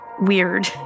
weird